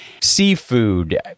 seafood